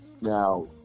now